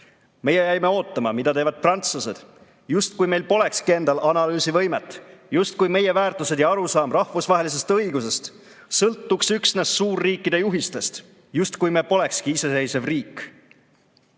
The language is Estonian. Meie jäime ootama, mida teevad prantslased, justkui meil polekski endal analüüsivõimet, justkui meie väärtused ja arusaam rahvusvahelisest õigusest sõltuks üksnes suurriikide juhistest. Justkui me polekski iseseisev riik.